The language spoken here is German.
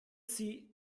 sie